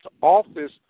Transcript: office